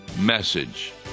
message